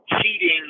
Cheating